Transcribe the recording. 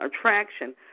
attraction